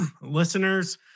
Listeners